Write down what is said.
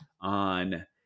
on